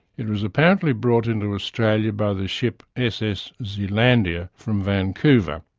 it was apparently brought into australia by the ship ss zealandia from vancouver.